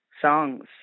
songs